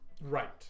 Right